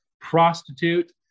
prostitute